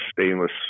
stainless